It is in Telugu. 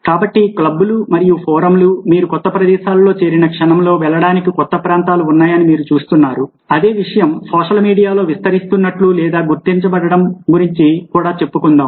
కాబట్టి క్లబ్లు మరియు ఫోరమ్లు మీరు కొత్త ప్రదేశాల్లో చేరిన క్షణంలో వెళ్లడానికి కొంత ప్రాంతాలు ఉన్నాయని మీరు చూస్తున్నారు అదే విషయాన్ని సోషల్ మీడియాలో విస్తరిస్తున్నట్లు లేదా గుర్తించబడడం గురించి కూడా చెప్పుకుందాం